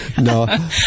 No